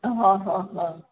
હ હ હ